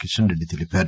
కిషన్ రెడ్డి తెలిపారు